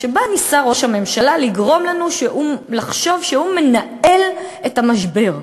שבה ניסה ראש הממשלה לגרום לנו לחשוב שהוא מנהל את המשבר.